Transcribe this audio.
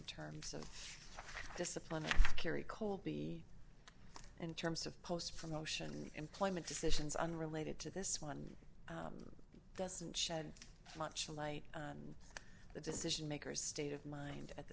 terms of discipline carry colby in terms of post from motion employment decisions unrelated to this one doesn't shed much light on the decision makers state of mind at the